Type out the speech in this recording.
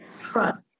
trust